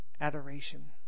adoration